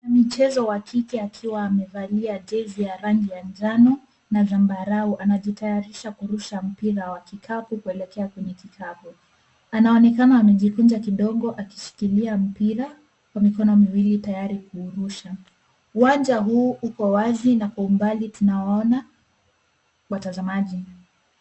Ni mchezo wa kikapu, mhusika akiwa amesimama juu ya zulia la rangi ya njano na zambarau, anajitayarisha kurusha mpira wa kikapu kwa kulenga kuni kikapu. Anaonekana kama amejikunja kidogo, akishikilia mpira kwa mikono miwili tayari kurusha. Uwanja huu uko wazi na kwa mbali tunaona watazamaji.